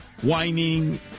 whining